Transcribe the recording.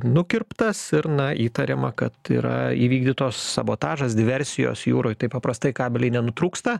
nukirptas ir na įtariama kad yra įvykdytos sabotažas diversijos jūroj taip paprastai kabeliai nenutrūksta